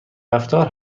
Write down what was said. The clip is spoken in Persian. رفتار